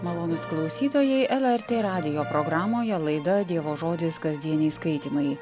malonūs klausytojai el er t radijo programoje laidoj dievo žodis kasdieniai skaitymai